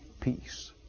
Peace